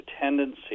tendency